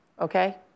okay